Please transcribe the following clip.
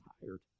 tired